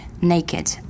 naked